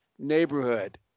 neighborhood